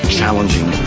challenging